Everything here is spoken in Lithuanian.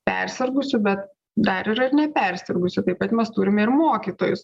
persirgusių bet dar yra ir nepersirgusių taip pat mes turime ir mokytojus